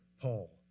Paul